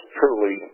truly